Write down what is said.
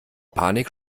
panik